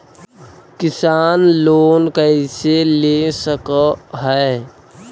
किसान लोन कैसे ले सक है?